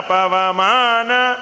Pavamana